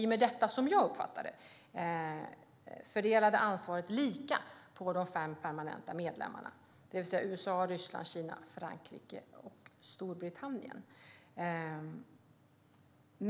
I och med det, som jag uppfattade det, fördelades ansvaret lika mellan de fem permanenta medlemmarna, det vill säga USA, Ryssland, Kina, Frankrike och Storbritannien.